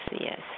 yes